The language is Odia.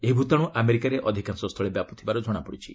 ଏହି ଭୂତାଣୁ ଆମେରିକାରେ ଅଧିକାଂଶ ସ୍ଥଳେ ବ୍ୟାପୁଥିବାର ଜଣାପଡ଼ିଛି